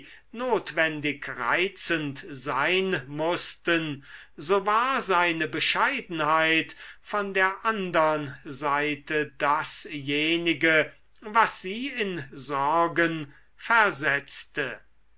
notwendig reizend sein mußten so war seine bescheidenheit von der andern seite dasjenige was sie in sorgen versetzte